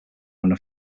owner